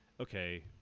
okay